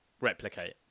replicate